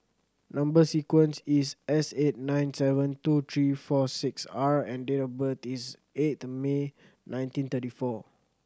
number sequence is S eight nine seven two three four six R and date of birth is eighth May nineteen thirty four